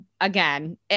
again